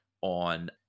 on